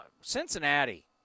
Cincinnati